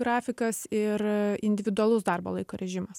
grafikas ir individualus darbo laiko režimas